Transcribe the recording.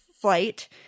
flight